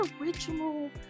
original